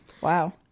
Wow